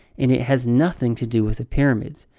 and it has nothing to do with the pyramids.